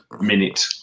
minute